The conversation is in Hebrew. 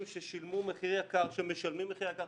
ששילמו מחיר יקר ושמשלמים מחיר יקר.